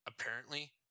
Apparently